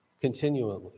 continually